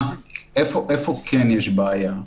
איפה יש בעיה?